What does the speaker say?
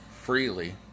freely